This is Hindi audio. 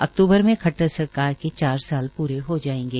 अक्तूबर में खट्टर सरकार ने चार साल पूरे हो जायेंगे